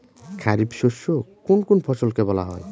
খারিফ শস্য কোন কোন ফসলকে বলা হয়?